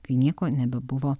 kai nieko nebebuvo